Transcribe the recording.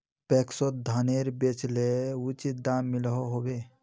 पैक्सोत धानेर बेचले उचित दाम मिलोहो होबे?